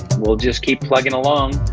we'll just keep plugging along.